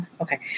Okay